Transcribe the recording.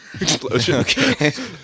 Explosion